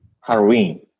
Halloween